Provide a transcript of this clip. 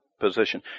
position